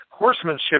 Horsemanship